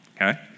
okay